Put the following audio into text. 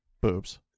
boobs